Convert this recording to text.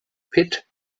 pit